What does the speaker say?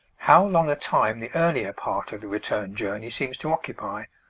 how long a time the earlier part of the return journey seems to occupy,